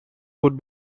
could